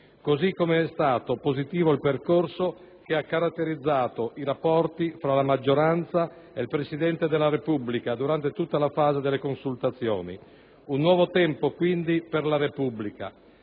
Così come è stato positivo il percorso che ha caratterizzato i rapporti fra la maggioranza e il Presidente della Repubblica durante tutta la fase delle consultazioni. Un nuovo tempo, quindi, per la Repubblica.